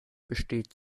besteht